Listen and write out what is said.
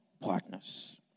partners